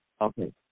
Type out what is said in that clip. Okay